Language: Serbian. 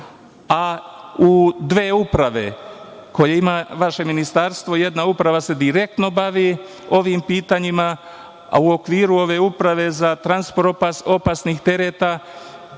a u dve uprave koje ima vaše ministarstvo, jedna uprava se direktno bavi ovim pitanjima, a u okviru ove Uprave za transport opasnih tereta,